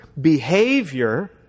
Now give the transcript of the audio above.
behavior